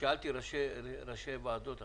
שאלתי אתמול ראשי ועדות אחרים,